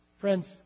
Friends